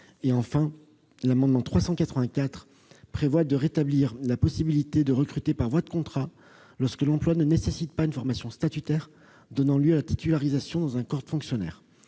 Cet amendement vise à rétablir la possibilité de recruter par voie de contrat, lorsque l'emploi ne nécessite pas une formation statutaire donnant lieu à titularisation dans un corps de fonctionnaires.